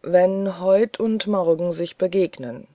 wenn heut und morgen sich begegnen